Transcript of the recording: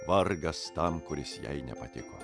vargas tam kuris jai nepatiko